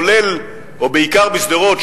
בעיקר בשדרות,